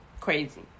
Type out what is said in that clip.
crazy